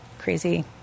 crazy